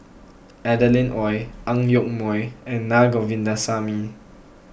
Adeline Ooi Ang Yoke Mooi and Naa Govindasamy